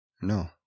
No